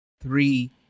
Three